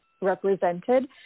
represented